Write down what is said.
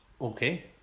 Okay